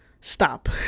stop